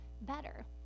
better